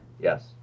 Yes